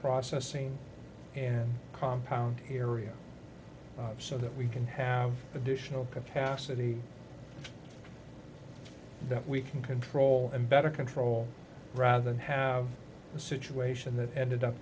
processing and compound area so that we can have additional capacity that we can control and better control rather than have a situation that ended up